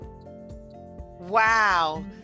Wow